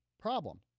problem